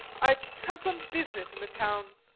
i have some business in the town.